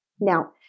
Now